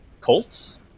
Colts